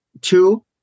two